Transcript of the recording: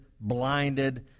blinded